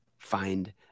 Find